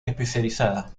especializada